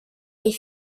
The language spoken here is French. des